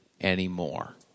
anymore